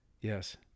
Yes